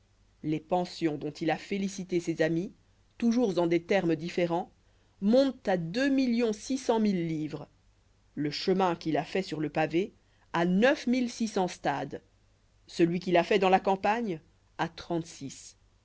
les pensions dont il a félicité ses amis toujours en des termes différents montent à deux millions six cent mille livres le chemin qu'il a fait sur le pavé à neuf mille six cents stades celui qu'il a fait dans la campagne à trente-six